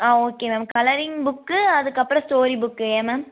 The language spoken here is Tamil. ஆ ஓகே மேம் கலரிங் புக்கு அதுக்கு அப்புறம் ஸ்டோரி புக்கு ஏன் மேம்